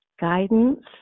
guidance